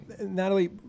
Natalie